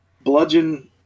bludgeon